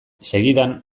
segidan